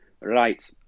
right